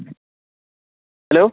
hello